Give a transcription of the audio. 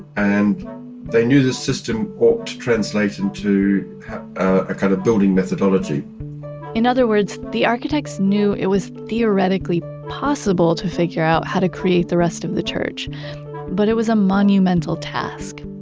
and they knew this system ought to translate and into a kind of building methodology in other words, the architects knew it was theoretically possible to figure out how to create the rest of the church but it was a monumental task.